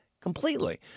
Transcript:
completely